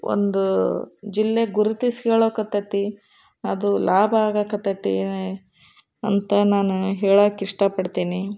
ಒಂದು ಜಿಲ್ಲೆ ಗುರುತಿಸಿಕೊಳ್ಳಕ್ಕತ್ತೈತಿ ಅದು ಲಾಭ ಆಗಕ್ಕತ್ತೈತಿ ಎ ಅಂತ ನಾನು ಹೇಳಕ್ಕೆ ಇಷ್ಟಪಡ್ತೀನಿ